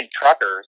truckers